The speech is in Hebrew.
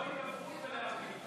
לא הידברות אלא להפיל.